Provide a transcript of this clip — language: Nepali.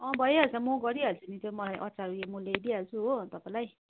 भइहाल्छ म गरी हाल्छु नि त्यो मलाई अचार उयो म ल्याइदिइ हाल्छु हो तपाईँलाई